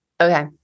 Okay